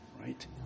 Right